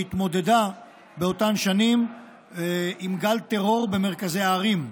שהתמודדה באותן שנים עם גל טרור במרכזי הערים.